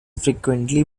frequently